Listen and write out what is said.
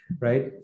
right